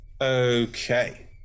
Okay